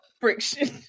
friction